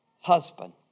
husband